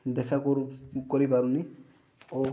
ଦେଖା କରୁ କରିପାରୁନି ଓ